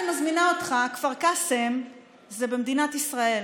אני מזמינה אותך: כפר קאסם זה במדינת ישראל,